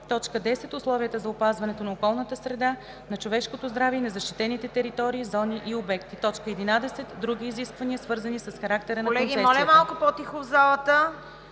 такива; 10. условията за опазването на околната среда, на човешкото здраве и на защитените територии, зони и обекти; 11. други изисквания, свързани с характера на концесията;“